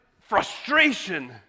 frustration